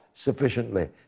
sufficiently